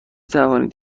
توانید